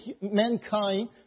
mankind